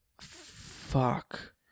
Fuck